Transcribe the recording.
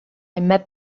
met